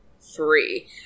three